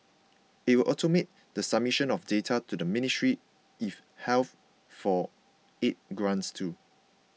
it will automate the submission of data to the Ministry if health for aid grants too